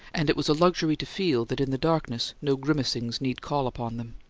and it was a luxury to feel that in the darkness no grimacings need call upon them.